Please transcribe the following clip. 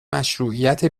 مشروعیت